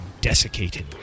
desiccated